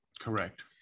correct